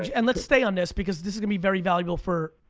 and let's stay on this, because this is gonna be very valuable for,